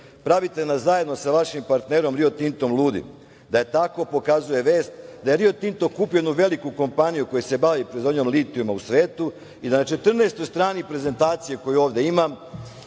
Pravite nas zajedno sa vašim partnerom Rio Tintom ludim. Da je tako pokazuje vest da je Rio Tinto kupio veliku kompaniju koja se bavi proizvodnjom litijuma u svetu i da je na 14. strani prezentacije, koju ovde imam,